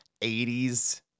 80s